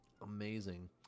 amazing